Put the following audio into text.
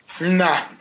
Nah